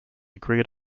great